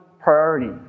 priority